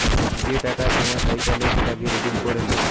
যে টাকা জমা থাইকলে সেটাকে রিডিম করে লো